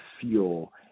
fuel